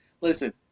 listen